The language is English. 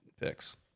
picks